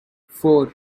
four